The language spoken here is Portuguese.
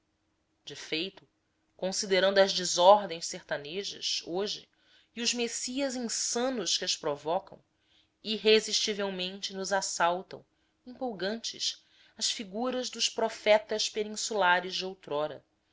de feito considerando as desordens sertanejas hoje e os messias insanos que as provocam irresistivelmente nos assaltam empolgantes as figuras dos profetas peninsulares de outrora